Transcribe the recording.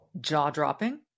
Jaw-dropping